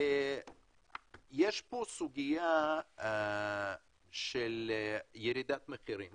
יש סוגיה של ירידת מחירים